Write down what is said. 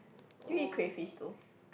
do you eat crayfish though